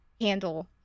handle